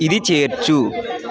ఇది చేర్చు